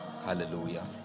Hallelujah